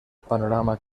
panorama